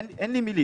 אין לי מילים.